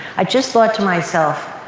i just thought to myself,